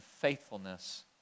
faithfulness